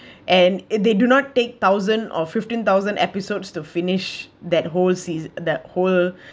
and it they do not take thousand or fifteen thousand episodes to finish that whole seas~ that whole